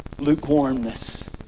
Lukewarmness